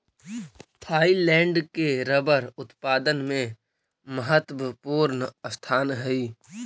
Thailand के rubber उत्पादन में महत्त्वपूर्ण स्थान हइ